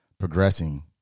progressing